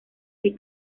del